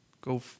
go